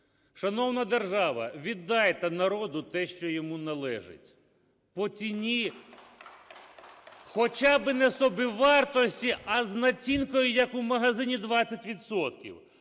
Шановна держава, віддайте народу те, що йому належить по ціні хоча би не собівартості, а з націнкою, як у магазині, 20